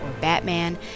Batman